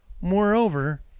Moreover